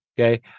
okay